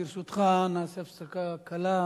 ברשותך, נעשה הפסקה קלה.